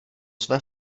své